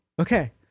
okay